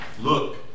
look